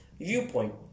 viewpoint